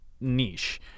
niche